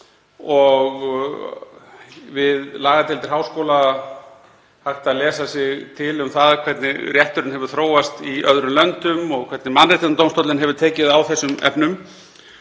og við lagadeildir háskóla er hægt að lesa sér til um hvernig rétturinn hefur þróast í öðrum löndum og hvernig Mannréttindadómstóllinn hefur tekið á þessum efnum.